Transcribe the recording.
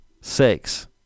six